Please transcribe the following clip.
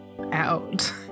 out